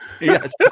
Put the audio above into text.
Yes